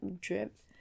drip